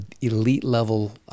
elite-level